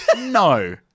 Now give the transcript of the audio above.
no